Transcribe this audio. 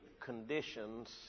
conditions